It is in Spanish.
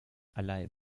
alive